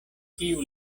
kiu